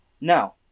No